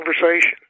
conversation